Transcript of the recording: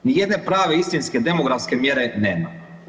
Nijedne prave istinske demografske mjere nema.